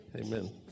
Amen